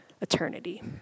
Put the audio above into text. eternity